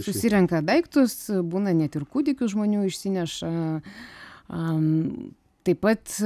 susirenka daiktus būna net ir kūdikių žmonių išsineša am taip pat